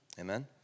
Amen